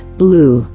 blue